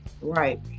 Right